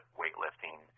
weightlifting